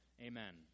Amen